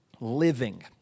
living